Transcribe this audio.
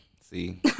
see